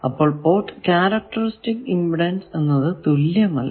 അപ്പോൾ port characteristic impedance എന്നത് തുല്യമല്ല